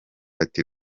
ati